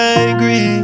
angry